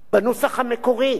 של הוועדה.